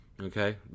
Okay